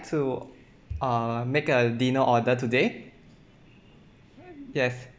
to uh make a dinner order today yes